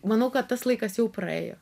manau kad tas laikas jau praėjo